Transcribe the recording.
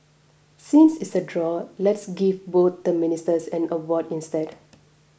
since it's a draw let's give both the Ministers an award instead